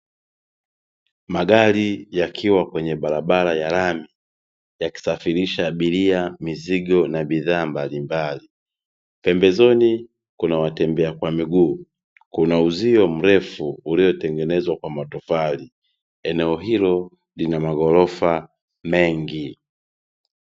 Magari yakiwa kwenye barabara ya lami ya kisafirisha abiria, mizigo na bidhaa mbalimbali ,pembezoni kuna watembea kwa miguu kuna uzio mrefu uliotengenezwa kwa matofali ,eneo hilo lina maghorofa mengi.